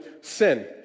sin